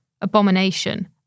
abomination